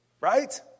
Right